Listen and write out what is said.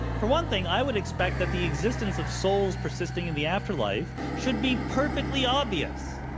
for one thing, i would expect that the existence of souls persisting in the afterlife should be perfectly obvious.